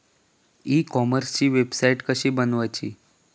E कॉमर्सची website कशी बनवची?